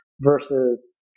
versus